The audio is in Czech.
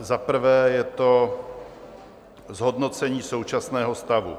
Za prvé je to zhodnocení současného stavu.